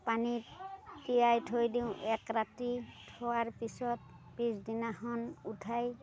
পানীত তিয়াই থৈ দিওঁ এক ৰাতি থোৱাৰ পিছত পিছদিনাখন উঠাই